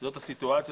זו הסיטואציה.